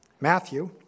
Matthew